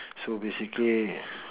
so basically